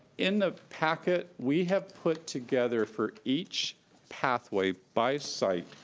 in the packet we have put together for each pathway by site